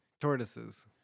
Tortoises